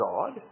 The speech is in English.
God